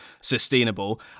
sustainable